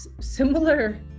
similar